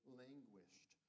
languished